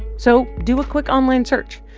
so do a quick online search.